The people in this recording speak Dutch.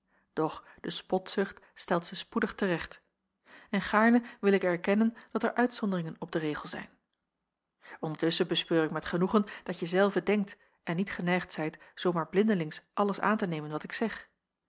doch de spotzucht stelt ze spoedig te recht en gaarne wil ik erkennen dat er uitzonderingen op den regel zijn ondertusschen bespeur ik met genoegen dat je zelve denkt en niet geneigd zijt zoo maar blindelings alles aan te nemen wat ik zeg